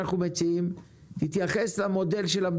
אנחנו מדברים על בית צמוד קרקע של 60 מטרים,